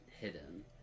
hidden